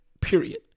period